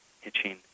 hitching